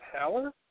Haller